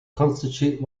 constitute